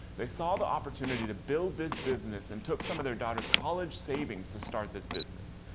they saw the opportunity to build this business and took some of their daughter's college savings to start this business.